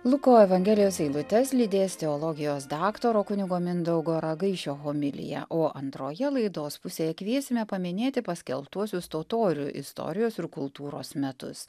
luko evangelijos eilutes lydės teologijos daktaro kunigo mindaugo ragaišio homilija o antroje laidos pusėje kviesime paminėti paskelbtuosius totorių istorijos ir kultūros metus